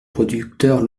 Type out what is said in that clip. producteurs